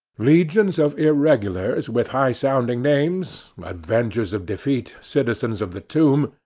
legions of irregulars with high-sounding names avengers of defeat, citizens of the tomb,